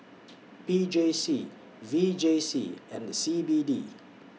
P J C V J C and C B D